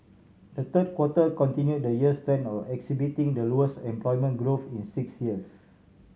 the third quarter continue the year's trend of exhibiting the lowest employment growth in six years